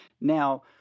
Now